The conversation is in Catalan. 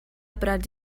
prats